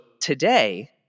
today